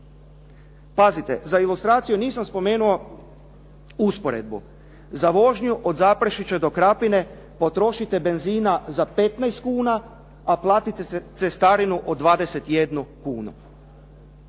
Pazite, za ilustraciju nisam spomenuo usporedbu za vožnju od Zaprešića do Krapine potrošite benzina za 15 kuna, a platite cestarinu od 21 kunu.